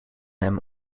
hem